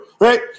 right